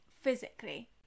physically